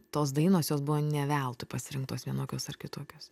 tos dainos jos buvo ne veltui pasirinktos vienokios ar kitokios